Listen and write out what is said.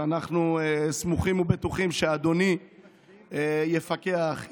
אנחנו סמוכים ובטוחים שאדוני יפקח,